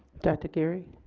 director geary.